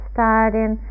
Starting